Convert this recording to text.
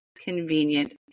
convenient